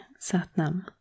Satnam